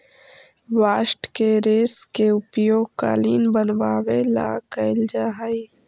bast के रेश के उपयोग कालीन बनवावे ला कैल जा हई